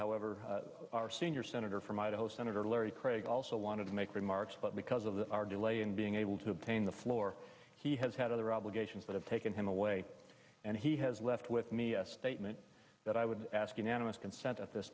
however our senior senator from idaho senator larry craig also wanted to make remarks but because of the hour delay in being able to obtain the floor he has had other obligations that have taken him away and he has left with me a statement that i would ask unanimous consent at this